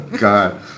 God